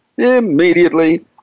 Immediately